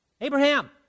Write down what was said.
Abraham